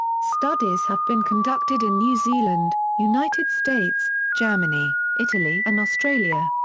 studies have been conducted in new zealand, united states, germany, italy and australia.